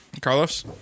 Carlos